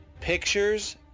Pictures